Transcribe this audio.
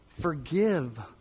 Forgive